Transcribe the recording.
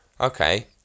Okay